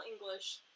English